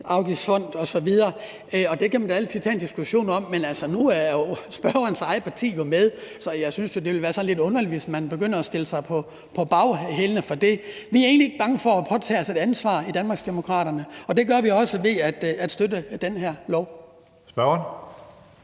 promilleafgiftsfond osv., og det kan man da altid tage en diskussion om. Men nu er spørgerens eget parti jo med, så jeg synes jo, det vil være sådan lidt underligt, hvis man begynder at stille sig på bagbenene for det. Vi er egentlig ikke bange for at påtage os et ansvar i Danmarksdemokraterne, og det gør vi også ved at støtte det her lovforslag.